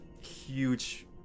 huge